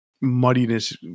muddiness